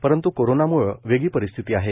परंतु कोरोनामुळं वेगळी परिस्थिती आहे